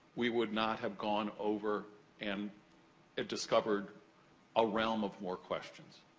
we would not have gone over and ah discovered a realm of more questions,